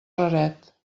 raret